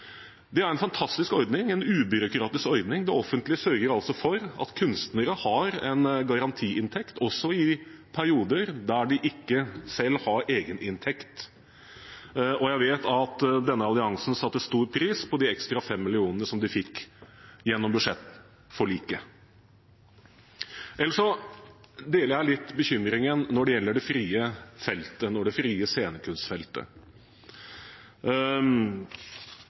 Det er en fantastisk ordning, en ubyråkratisk ordning. Det offentlige sørger altså for at kunstnere har en garantiinntekt også i perioder der de ikke har egen inntekt. Jeg vet at denne alliansen satte stor pris på de ekstra 5 mill. kr som de fikk gjennom budsjettforliket. Ellers deler jeg litt bekymringen når det gjelder det frie scenekunstfeltet. Vi har i en merknad uttrykt en bekymring når det